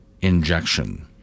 injection